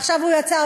עכשיו הוא יצא,